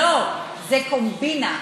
לא, זה קומבינה.